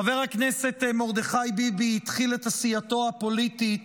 חבר הכנסת מרדכי ביבי התחיל את עשייתו הפוליטית